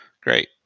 great